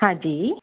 हा जी